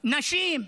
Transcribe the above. נשים.